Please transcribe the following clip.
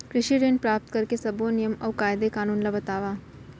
कृषि ऋण प्राप्त करेके सब्बो नियम अऊ कायदे कानून ला बतावव?